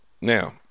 Now